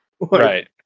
Right